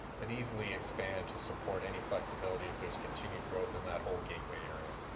but easily expand to support any flexibility if there's continued growth in that whole gateway area.